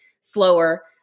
slower